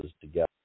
together